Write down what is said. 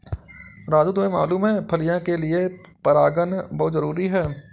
राजू तुम्हें मालूम है फलियां के लिए परागन बहुत जरूरी है